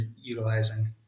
utilizing